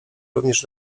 również